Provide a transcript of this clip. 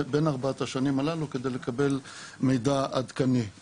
בין ארבעת השנים הללו כדי לקבל מידע עדכני.